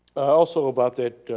also about that,